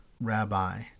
Rabbi